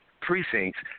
precincts